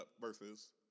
versus